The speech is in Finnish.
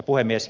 puhemies